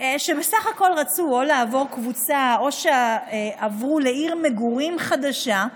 שבסך הכול רצו לעבור קבוצה או שעברו לעיר מגורים חדשה,